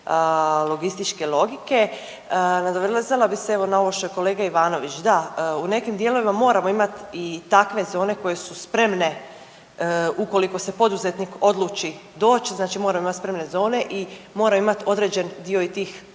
logističke logike. Nadovezala bi se evo na ovo što je kolega Ivanović, da u nekim dijelovima moramo imati i takve zone koje su spremne ukoliko se poduzetnik odluči doći, znači moramo imati spremne zone i moramo imati i određen dio i tih